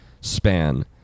span